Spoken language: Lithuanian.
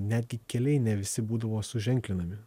netgi keliai ne visi būdavo suženklinami